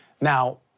Now